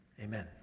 amen